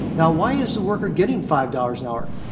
now, why is the worker getting five dollars an hour?